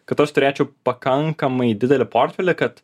kad aš turėčiau pakankamai didelį portfelį kad